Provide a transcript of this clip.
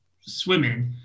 swimming